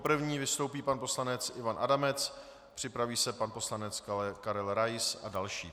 Jako první vystoupí pan poslanec Ivan Adamec, připraví se pan poslanec Karel Rais a další.